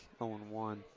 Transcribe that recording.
0-1